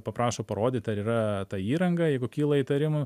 paprašo parodyt ar yra ta įranga jeigu kyla įtarimų